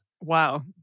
Wow